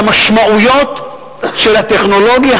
כל העולם עדיין לא מבין את המשמעויות של הטכנולוגיה